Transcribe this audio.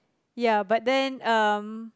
ya but then um